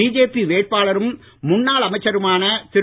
BJP வேட்பாளரும் முன்னாள் அமைச்சருமான திரு